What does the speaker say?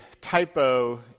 typo